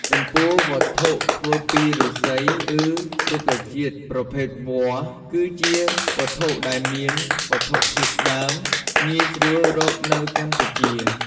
ចំពោះវត្ថុធ្វើពីឫស្សី និងរុក្ខជាតិប្រភេទវល្លិ គឺជាវត្ថុដែលមានវត្ថុធាតុដើមងាយស្រួលរកនៅកម្ពុជា។